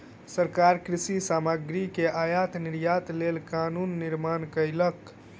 सरकार कृषि सामग्री के आयात निर्यातक लेल कानून निर्माण कयलक